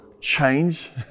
change